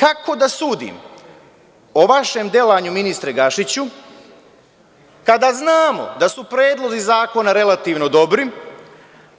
Kako da sudim o vašem delanju, ministre Gašiću, kada znamo da su predlozi zakona relativno dobri,